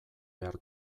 behar